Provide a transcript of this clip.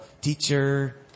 teacher